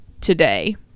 today